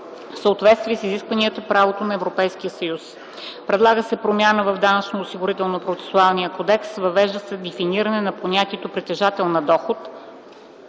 съответствие с изискванията на правото на Европейския съюз; - предлага се промяна в Данъчно-осигурителния процесуален кодекс - въвежда се дефиниране на понятието „притежател на дохода”